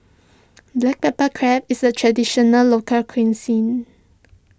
Black Pepper Crab is a Traditional Local Cuisine